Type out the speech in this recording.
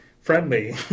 friendly